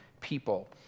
people